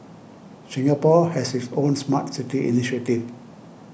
Singapore has its own Smart City initiative